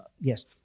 Yes